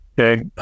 Okay